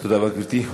תודה רבה, גברתי.